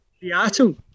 Seattle